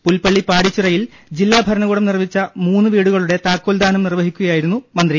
പുൽപ്പള്ളി പാടിച്ചിറയിൽ ജില്ലാ ഭരണകൂടം നിർമ്മിച്ച മൂന്ന് വീടുകളുടെ താക്കോൽദാനം നിർവഹിക്കുകയായിരുന്നു മന്ത്രി